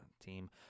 team